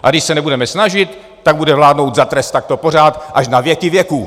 A když se nebudeme snažit, tak bude vládnout za trest takto pořád až na věky věků.